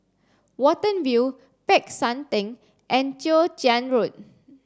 Watten View Peck San Theng and Chwee Chian Road